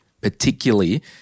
particularly